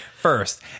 first